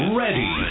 ready